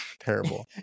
Terrible